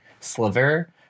sliver